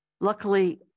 luckily